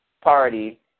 party